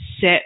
set